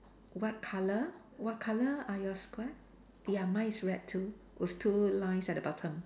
what colour what colour are your square ya mine is red two with two lines at the bottom